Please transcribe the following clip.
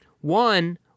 One